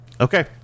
Okay